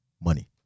money